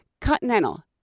Continental